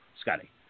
Scotty